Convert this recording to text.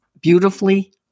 Beautifully